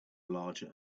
larger